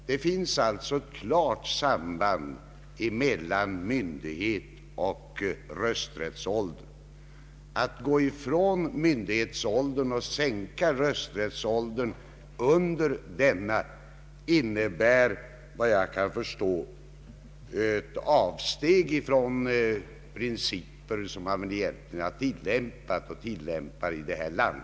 Det finns ett klart samband mellan myndighetsoch rösträttsålder. Att gå ifrån myndighetsåldern och sänka rösträttsåldern under denna innebär, vad jag kan förstå, ett avsteg ifrån de principer som man har tillämpat och fortfarande tilllämpar i detta land.